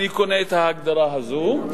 אני קונה את ההגדרה הזאת.